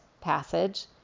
passage